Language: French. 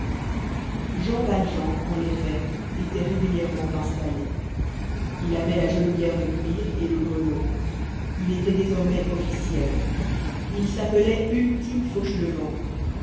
jean valjean en effet était régulièrement installé il avait la genouillère de cuir et le grelot il était désormais officiel il s'appelait ultime